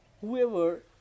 whoever